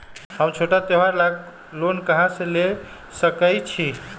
हम छोटा त्योहार ला लोन कहां से ले सकई छी?